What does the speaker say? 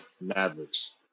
Mavericks